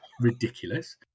ridiculous